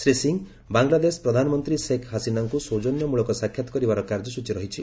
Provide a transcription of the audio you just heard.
ଶ୍ରୀ ସିଂ ବାଂଗଲାଦେଶ ପ୍ରଧାନମନ୍ତ୍ରୀ ଶେଖ୍ ହାସିନାଙ୍କୁ ସୌଜନ୍ୟମୂଳକ ସାକ୍ଷାତ କରିବାର କାର୍ଯ୍ୟସ୍ଚୀ ରହିଛି